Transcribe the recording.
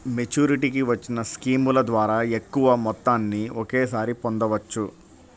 మెచ్యూరిటీకి వచ్చిన స్కీముల ద్వారా ఎక్కువ మొత్తాన్ని ఒకేసారి పొందవచ్చు